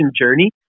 journey